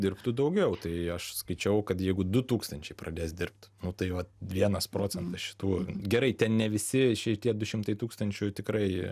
dirbtų daugiau tai aš skaičiau kad jeigu du tūkstančiai pradės dirbt nu tai vat vienas procentas šitų gerai ten ne visi šitie du šimtai tūkstančių tikrai